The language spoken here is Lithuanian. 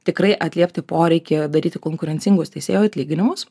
tikrai atliepti poreikį daryti konkurencingus teisėjų atlyginimus